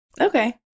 Okay